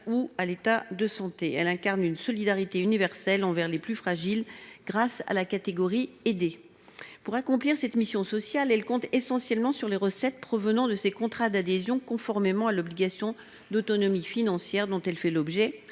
ou à l’état de santé. Elle incarne une solidarité universelle envers les plus fragiles grâce à la « catégorie aidée ». Pour accomplir une telle mission sociale, la CFE compte essentiellement sur les recettes provenant de ses contrats d’adhésion, conformément à l’obligation d’autonomie financière dont elle fait l’objet.